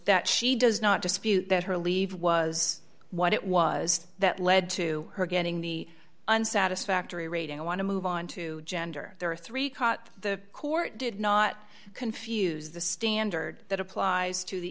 that she does not dispute that her leave was what it was that led to her getting the un satisfactory rating i want to move on to gender there are three caught the court did not confuse the standard that applies to the